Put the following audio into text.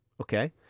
okay